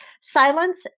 silence